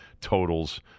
totals